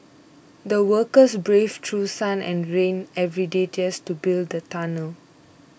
the workers braved through sun and rain every day just to build the tunnel